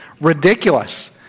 Ridiculous